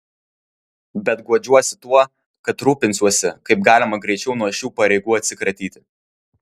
bet guodžiuosi tuo kad rūpinsiuosi kaip galima greičiau nuo šių pareigų atsikratyti